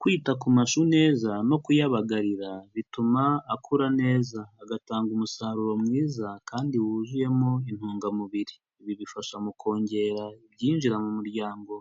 Kwita ku mashu neza no kuyabagarira bituma akura neza, agatanga umusaruro mwiza kandi wuzuyemo intungamubiri, ibi bifasha mu kongera ibyinjira mu muryango